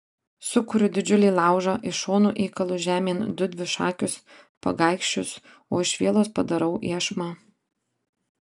sukuriu didžiulį laužą iš šonų įkalu žemėn du dvišakus pagaikščius o iš vielos padarau iešmą